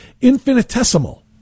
infinitesimal